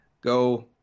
go